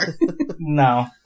No